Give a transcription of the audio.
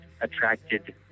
attracted